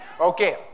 Okay